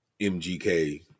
MGK